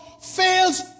fails